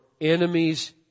enemies